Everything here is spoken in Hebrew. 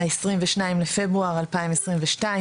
ה-22 בפברואר 2022,